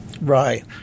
Right